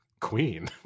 queen